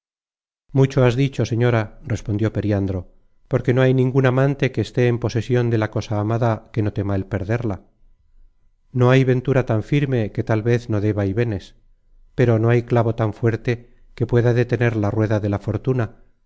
mucho has dicho señora respondió periandro porque no hay ningun amante que esté en posesion de la cosa amada que no tema el perderla no hay ventura tan firme que tal vez no dé vaivenes no hay clavo tan fuerte que pueda detener la rueda de la fortuna